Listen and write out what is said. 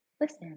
listen